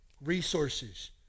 resources